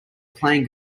playing